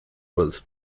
was